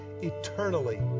eternally